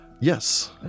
Yes